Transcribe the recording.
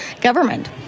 government